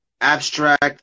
abstract